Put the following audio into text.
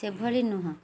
ସେଭଳି ନୁହଁ